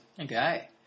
Okay